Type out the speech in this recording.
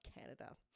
Canada